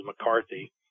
McCarthy